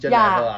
ya